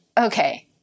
okay